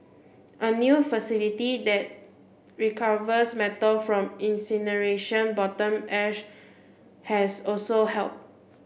a new facility that recovers metal from incineration bottom ash has also helped